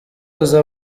ihuza